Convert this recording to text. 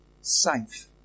safe